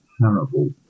parable